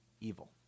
evil